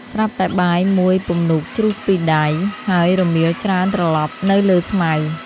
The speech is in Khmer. ស្រាប់តែបាយមួយពំនូតជ្រុះពីដៃ ហើយរមៀលច្រើនត្រលប់នៅលើស្មៅ ។